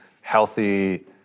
healthy